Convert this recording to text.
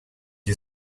you